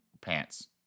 pants